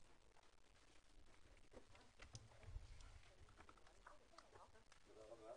תודה רבה.